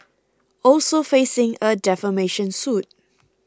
also facing a defamation suit